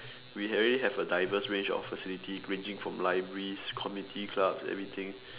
we already have a diverse range of facilities ranging from libraries community clubs everything